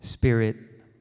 Spirit